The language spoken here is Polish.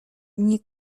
nie